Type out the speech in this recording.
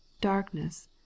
darkness